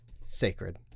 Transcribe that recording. Sacred